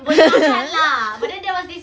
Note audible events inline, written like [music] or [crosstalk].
[laughs]